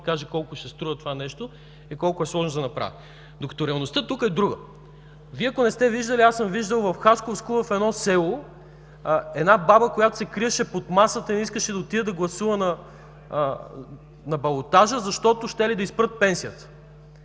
каже колко ще струва това нещо и колко е сложно за направяне. Реалността тук е друга. Вие, ако не сте виждали, аз съм виждал в Хасковско, в едно село, една баба, която се криеше под масата и не искаше да отиде да гласува на балотажа, защото щели да й спрат пенсията.